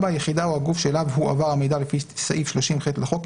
(4)היחידה או הגוף שאליו הועבר המידע לפי סעיף 30(ח) לחוק,